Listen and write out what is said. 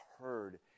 heard